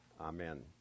Amen